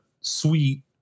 sweet